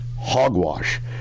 hogwash